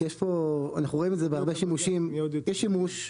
כי אנחנו רואים את זה בהרבה שימושים יש שימוש,